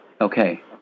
Okay